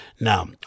Now